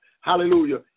hallelujah